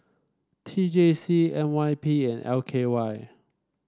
T J C N Y P and L K Y